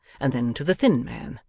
and then to the thin man,